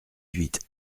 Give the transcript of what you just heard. huit